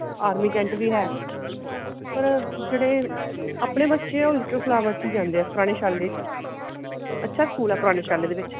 army cant ਵੀ ਹੈ ਪਰ ਜਿਹੜੇ ਆਪਣੇ ਬੱਚੇ ਹੈ ਉਹ ਲਿਟਲ ਫਲਾਵਰ 'ਚ ਹੀ ਜਾਂਦੇ ਹੈ ਪੁਰਾਣੇ ਛਾਲੇ ਦੀ ਅੱਛਾ ਸਕੂਲ ਹੈ ਪੁਰਾਣੇ ਛਾਲੇ ਦੇ ਵਿੱਚ